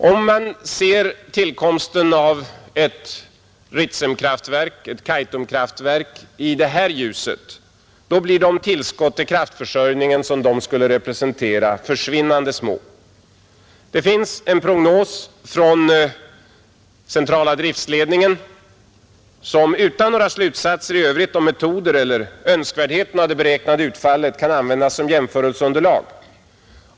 Om man ser tillkomsten av ett Ritsemeller Kaitumkraftverk i det här ljuset, blir de tillskott till kraftförsörjningen som de skulle representera försvinnande små. Det finns en prognos från centrala driftsledningen som utan några slutsatser i övrigt om metoder eller önskvärdheten av det beräknade utfallet kan användas som jämförelseunderlag.